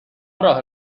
راه